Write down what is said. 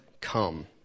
come